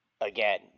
again